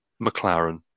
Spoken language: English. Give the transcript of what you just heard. McLaren